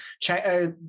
check